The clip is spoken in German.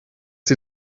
sie